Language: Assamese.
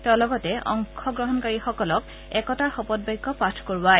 তেওঁ লগতে অংশগ্ৰহণকাৰীসকলক একতাৰ শপত বাক্য পাঠ কৰোৱায়